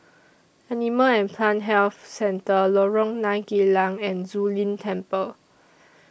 Animal and Plant Health Centre Lorong nine Geylang and Zu Lin Temple